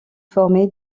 former